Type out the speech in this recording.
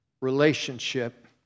relationship